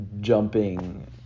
jumping